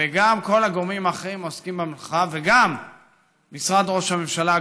וגם כל הגורמים האחרים העוסקים במלאכה וגם משרד ראש הממשלה,